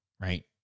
right